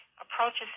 approaches